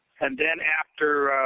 and then after